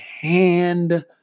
hand